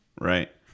right